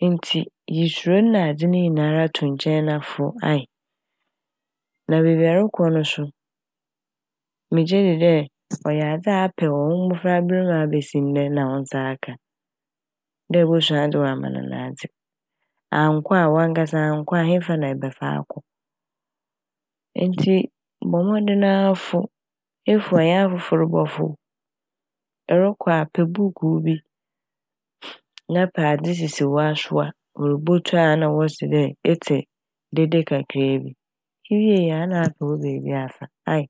ntsi yi suro nadze ne nyinara to nkyɛn na fow ae. Na beebi ɛrokɔ no so megye dzi dɛ ɔyɛ adze a apɛ wɔ wo mbofraber mu na wo nsa aka dɛ ebosua adze wɔ amananadze. Annkɔ a ɔankasa annkɔ a, henfa na ebɛfa akɔ ntsi bɔ mɔdzen ara na fow. Efow a ɛnye afofor bɔ fow. Ɛrokɔ a pɛ buukuu bi, na pɛ adze hyehyɛ w'asowa. Orubotu a na wɔse etse dede kakra bi, iwie a na apɛ wo beebi afa ae.